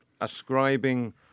ascribing